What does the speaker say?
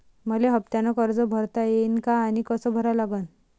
मले हफ्त्यानं कर्ज भरता येईन का आनी कस भरा लागन?